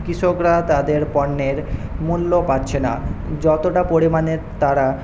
কৃষকরা তাদের পণ্যের মূল্য পাচ্ছে না যতটা পরিমাণে তারা